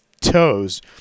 toes